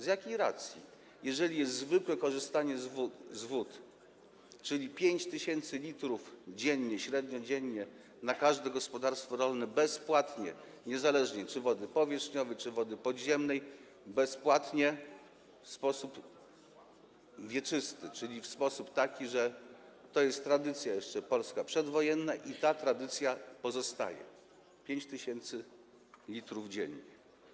Z jakiej racji, skoro jest zwykłe korzystanie z wód, czyli 5 tys. l dziennie, średnio dziennie na każde gospodarstwo rolne bezpłatnie, niezależnie czy wody powierzchniowej, czy wody podziemnej, w sposób wieczysty, czyli w sposób taki, że to jest tradycja, jeszcze Polski przedwojennej, i ta tradycja pozostaje, 5 tys. l dziennie.